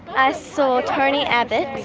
i saw tony abbott,